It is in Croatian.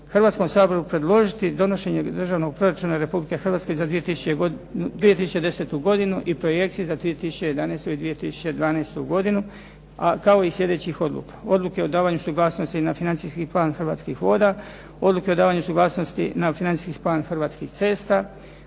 Hrvatskom saboru predložiti donošenje Državnog proračuna Republike Hrvatske za 2010. godinu i projekcije za 2011. i 2012. godinu, kao i sljedećih odluka: Odluke o davanju suglasnosti na Financijski plan Hrvatskih voda, Odluke o davanju suglasnosti na Financijski plan Hrvatskih cesta,